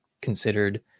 considered